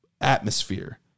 atmosphere